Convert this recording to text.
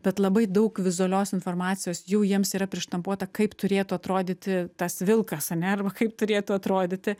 bet labai daug vizualios informacijos jau jiems yra prištampuota kaip turėtų atrodyti tas vilkas ane arba kaip turėtų atrodyti